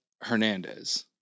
Hernandez